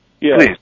Please